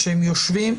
כשהם יושבים,